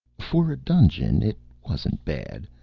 for a dungeon, it wasn't bad.